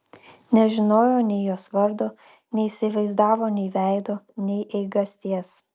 nežinojo nei jos vardo neįsivaizdavo nei veido nei eigasties